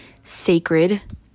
sacred